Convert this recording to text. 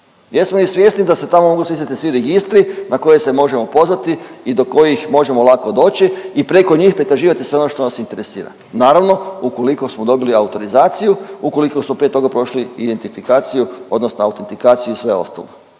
Jesmo li svjesni da se tamo mogu smjestiti svi registri na koje se možemo pozvati i do kojih možemo lako doći i preko njih pretraživati sve ono što nas interesira naravno ukoliko smo dobili autorizaciju, ukoliko smo prije toga prošli identifikaciju odnosno autentikaciju i sve ostalo.